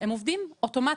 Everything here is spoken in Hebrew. הם עובדים אוטומטית,